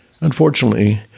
Unfortunately